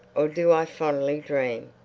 or do i fondly dream?